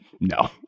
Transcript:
no